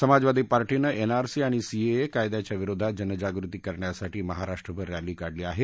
समाजवादी पार्टीनं एनआरसी आणि सीएए कायद्याच्या विरोधात जनजागृती करण्यासाठी महाराष्ट्रभर रॅली काढली आहे